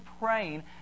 praying